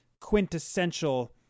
quintessential